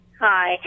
Hi